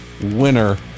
winner